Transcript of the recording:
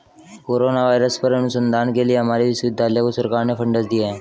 corona virus पर अनुसंधान के लिए हमारे विश्वविद्यालय को सरकार ने फंडस दिए हैं